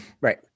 Right